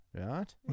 right